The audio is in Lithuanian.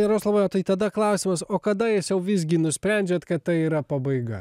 jaroslavai o tai tada klausimas o kada jūs jau visgi nusprendžiat kad tai yra pabaiga